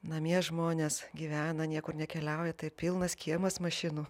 namie žmonės gyvena niekur nekeliauja tai pilnas kiemas mašinų